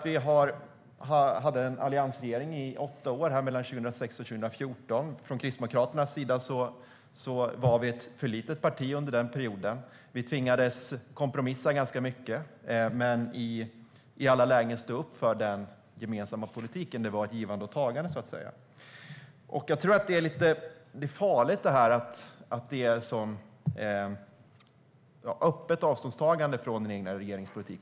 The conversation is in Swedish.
Vi hade en alliansregering i åtta år mellan 2006 och 2014. Kristdemokraterna var ett alltför litet parti under den perioden. Vi tvingades kompromissa ganska mycket, men i alla lägen stod vi upp för den gemensamma politiken. Det var ett givande och ett tagande, så att säga. Jag tror att det är lite farligt att göra ett sådant öppet avståndstagande från den egna regeringens politik.